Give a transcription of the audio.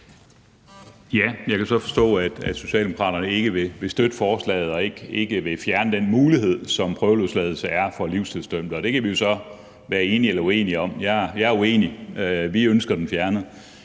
Jeg kan så forstå, at Socialdemokraterne ikke vil støtte forslaget og ikke vil fjerne den mulighed, som prøveløsladelse er for livstidsdømte. Det kan vi så være enige eller uenige om. Jeg er uenig – vi ønsker den fjernet.